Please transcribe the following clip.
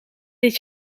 dit